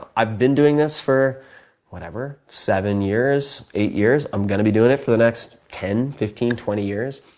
i've been doing this for whatever, seven years, eight years i'm going to be doing it for the next ten, fifteen, twenty years.